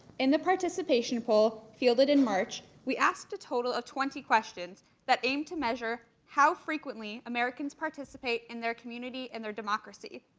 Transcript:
in the participation poll fielded in march, we asked the total of twenty questions that aimed to measure how frequently americans participate in their community and their democracies.